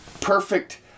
perfect